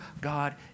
God